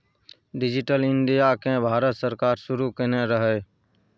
digital India केँ भारत सरकार शुरू केने रहय